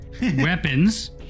Weapons